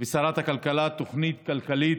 ושרת הכלכלה תוכנית כלכלית,